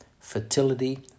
fertility